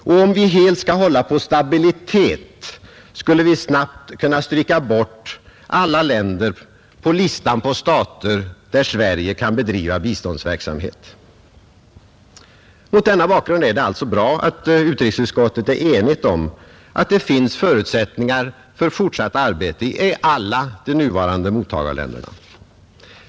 Och om vi helt skall hålla på stabilitet, skulle vi snart kunna stryka bort alla länder på listan över stater där Sverige kan bedriva biståndsverksamhet. Mot denna bakgrund är det alltså bra att utrikesutskottet är enigt om att det finns förutsättningar för fortsatt arbete i alla de nuvarande mottagarländerna.